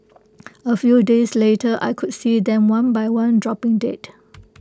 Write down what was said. A few days later I could see them one by one dropping dead